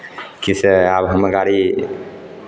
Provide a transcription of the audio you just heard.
कि से आब हमर गाड़ी